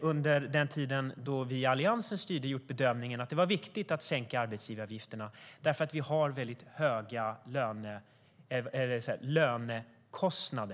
under den tid då vi i Alliansen styrde gjort bedömningen att det var viktigt att sänka arbetsgivaravgifterna eftersom vi har väldigt höga lönekostnader.